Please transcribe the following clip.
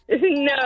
No